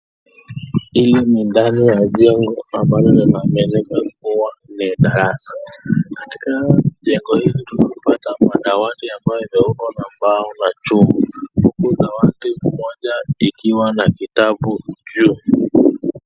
Hapa ni ndani ya chengo ambayo inaaminika kuwa ni darasa katika jengo hili tunapata madawati ambao imewekwa mabai na juma huku dawati moja ikiwa na kitabu juu.